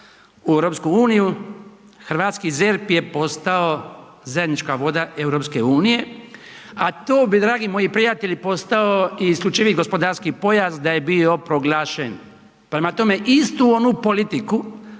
RH ušla u EU, hrvatski ZERP je postao zajednička voda EU, a to bi dragi moji prijatelji postao i isključivi gospodarski pojas da je bio proglašen. Prema tome, istu onu politiku